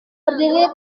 berdiri